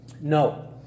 No